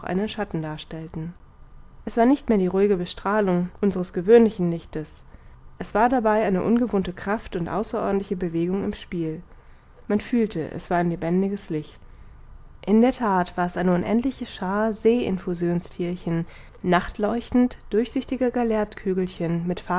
schatten darstellten es war nicht mehr die ruhige bestrahlung unseres gewöhnlichen lichtes es war dabei eine ungewohnte kraft und außerordentliche bewegung im spiel man fühlte es war ein lebendiges licht in der that war es eine unendliche schaar see infusionsthierchen nachtleuchtend durchsichtige gallertkügelchen mit